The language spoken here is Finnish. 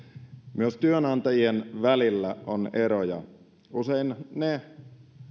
myös työnantajien välillä on eroja usein ne